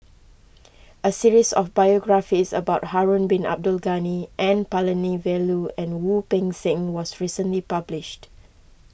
a series of biographies about Harun Bin Abdul Ghani N Palanivelu and Wu Peng Seng was recently published